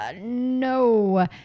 no